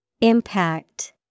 Impact